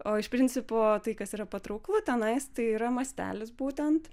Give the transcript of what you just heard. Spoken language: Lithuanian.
o iš principo tai kas yra patrauklu tenais tai yra mastelis būtent